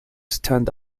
stand